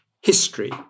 history